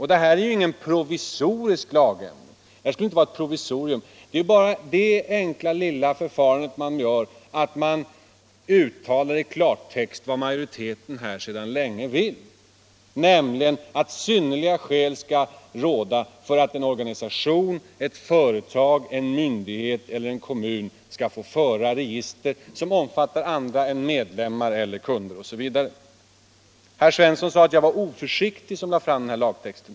Och det är ingen provisorisk lagändring. det skall ju inte vara något provisorium! Det är bara fråga om det enkla förfarandet att man i klartext uttalar vad majoriteten här sedan länge vill, nämligen att synnerliga skäl skall råda för att en organisation, ett företag, en myndighet eller en kommun skall få föra register som omfattar andra än medlemmar, kunder osv. Herr Svensson sade att jag var oförsiktig som lade fram den här lagtexten.